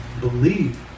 believe